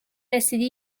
رسیدی